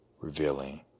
revealing